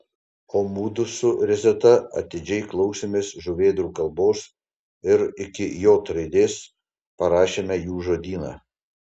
o mudu su rezeta atidžiai klausėmės žuvėdrų kalbos ir iki j raidės parašėme jų žodyną